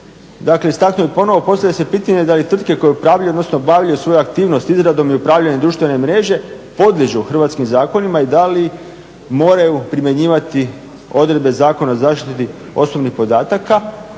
Dakle, istaknuo bih ponovo i postavlja se pitanje da li tvrtke koje upravljaju odnosno obavljaju svoje aktivnosti izradom i upravljanjem društvene mreže podliježu hrvatskim zakonima i da li moraju primjenjivati odredbe Zakona o zaštiti osobnih podataka